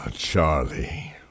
Charlie